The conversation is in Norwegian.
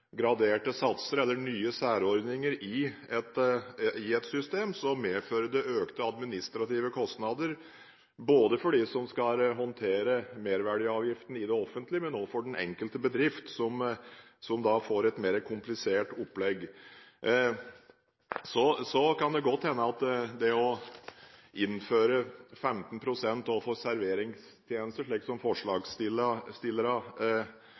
graderte satser eller nye særordninger i et system, medfører det økte administrative kostnader både for dem som skal håndtere merverdiavgiften i det offentlige, og for den enkelte bedrift, som da får et mer komplisert opplegg. Det kan godt hende at det å innføre 15 pst. overfor serveringstjenester, slik forslagsstillerne er ute etter, betyr en forenkling. Men på den andre siden, som